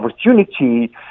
opportunity